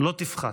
לא יפחת.